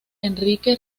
enrique